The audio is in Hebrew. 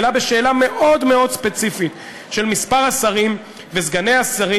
אלא בשאלה מאוד מאוד ספציפית של מספר השרים וסגני השרים.